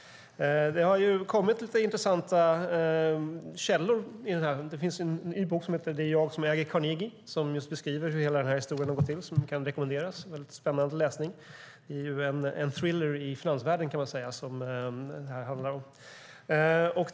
Det har kommit lite intressanta källor. Det finns en ny bok som heter Det är jag som äger Carnegie , som just beskriver hur hela historien har gått till och som kan rekommenderas. Det är väldigt spännande läsning. Man kan säga att det handlar om en thriller i finansvärlden.